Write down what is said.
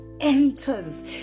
enters